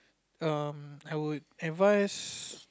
um I would advise